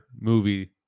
movie